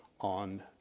on